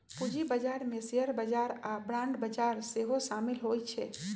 पूजी बजार में शेयर बजार आऽ बांड बजार सेहो सामिल होइ छै